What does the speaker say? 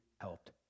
helped